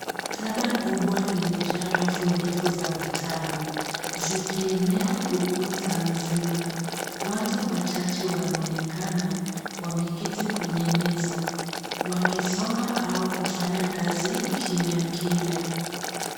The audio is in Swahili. Maktaba kubwa imejaa rafu ndefu za vitabu. Zikienea ukuta mzima. Watu wachache wanaonekana wameketi kwenye meza, wakisoma au kufanya kazi kimya kimya.